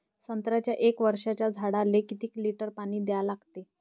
संत्र्याच्या एक वर्षाच्या झाडाले किती लिटर पाणी द्या लागते?